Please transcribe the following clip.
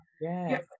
Yes